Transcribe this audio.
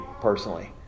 personally